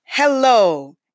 Hello